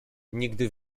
nigdy